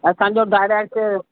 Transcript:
असांजो डारेक्ट